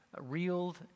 reeled